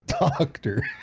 doctor